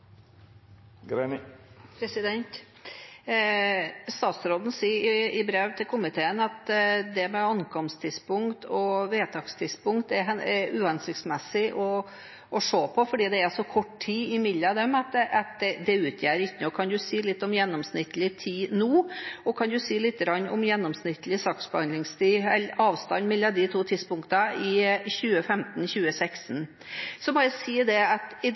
brev til komiteen at dette med ankomsttidspunkt og vedtakstidspunkt er uhensiktsmessig å se på fordi det er så kort tid mellom dem at det ikke utgjør noe. Kan statsråden si noe om gjennomsnittlig tid nå, og kan hun si lite grann om gjennomsnittlig saksbehandlingstid, eller avstanden mellom de to tidspunktene, i 2015–2016? I dag er første dagen Stortinget møtes etter at det har kommet en ny regjering, og den starter med at